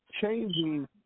changing